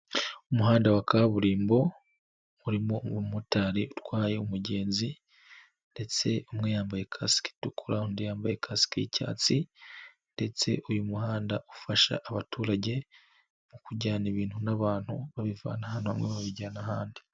Umuhanda wa kaburimbo urimo umumotari utwaye umugenzi ndetse umwe yambaye kasike itukura undi yambaye kasike y'icyatsi. Ndetse uyu muhanda ufasha abaturage mu kujyana ibintu n'abantu babivana ahantu hamwe babijyana ahandi.